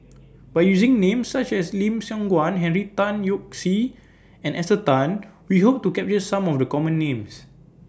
By using Names such as Lim Siong Guan Henry Tan Yoke See and Esther Tan We Hope to capture Some of The Common Names